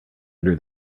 under